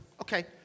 Okay